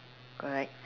correct